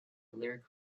lyric